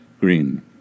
Green